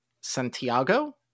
santiago